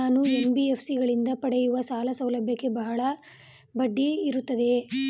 ನಾನು ಎನ್.ಬಿ.ಎಫ್.ಸಿ ಗಳಿಂದ ಪಡೆಯುವ ಸಾಲ ಸೌಲಭ್ಯಕ್ಕೆ ಬಹಳ ಬಡ್ಡಿ ಇರುತ್ತದೆಯೇ?